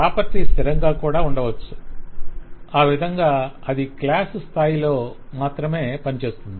property స్థిరంగా కూడా ఉండవచ్చు ఆ విధంగా అది క్లాస్ స్థాయిలో మాత్రమే పనిచేస్తుంది